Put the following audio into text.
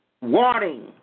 Warning